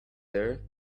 there